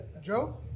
Joe